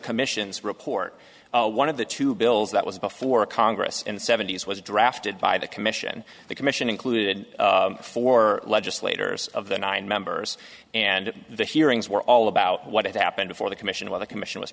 commission's report one of the two bills that was before congress in the seventy's was drafted by the commission the commission included four legislators of the nine members and the hearings were all about what had happened before the commission what the commission was